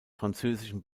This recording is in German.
französischen